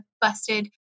busted